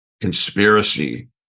conspiracy